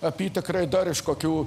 apytikriai dar iš kokių